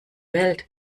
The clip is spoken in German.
welt